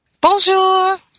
Bonjour